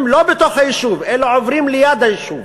הם לא בתוך היישוב אלא עוברים ליד היישוב,